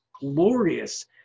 glorious